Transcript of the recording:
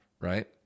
right